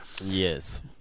yes